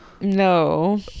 No